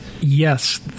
yes